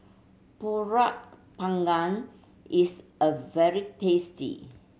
Pulut Panggang is a very tasty